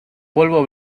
polvo